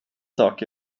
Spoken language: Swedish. sak